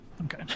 Okay